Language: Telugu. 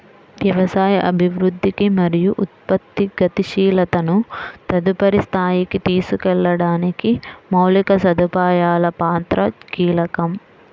వ్యవసాయ అభివృద్ధికి మరియు ఉత్పత్తి గతిశీలతను తదుపరి స్థాయికి తీసుకెళ్లడానికి మౌలిక సదుపాయాల పాత్ర కీలకం